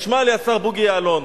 תשמע לי, השר בוגי יעלון,